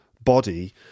body